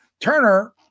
Turner